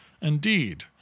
Indeed